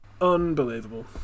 Unbelievable